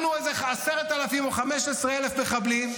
הרגנו איזה 10,000 או 15,000 מחבלים,